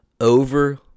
over